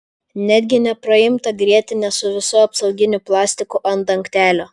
netgi nepraimtą grietinę su visu apsauginiu plastiku ant dangtelio